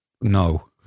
no